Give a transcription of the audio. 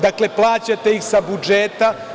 Dakle, plaćate ih sa budžeta.